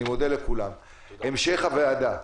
לגבי המשך הדיון,